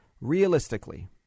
Realistically